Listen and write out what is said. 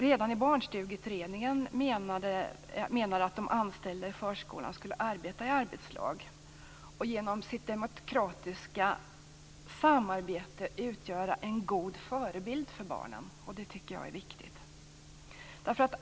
Redan Barnstugeutredningen menar att de anställda i förskolan borde arbeta i arbetslag och genom sitt demokratiska samarbete utgöra en god förebild för barnen. Det tycker jag är viktigt.